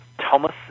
Thomas